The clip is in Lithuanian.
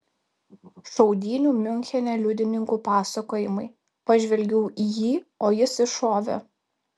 šaudynių miunchene liudininkų pasakojimai pažvelgiau į jį o jis iššovė